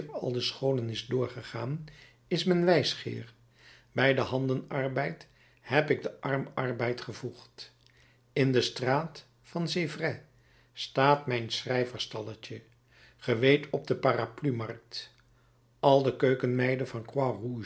al de scholen is doorgegaan is men wijsgeer bij den handenarbeid heb ik den arm arbeid gevoegd in de straat de sèvres staat mijn schrijvers stalletje ge weet op de parapluie markt al de keukenmeiden van